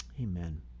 Amen